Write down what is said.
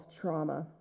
trauma